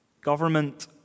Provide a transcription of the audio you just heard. government